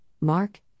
Mark